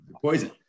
poison